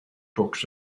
books